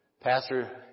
Pastor